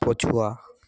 ପଛୁଆ